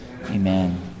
Amen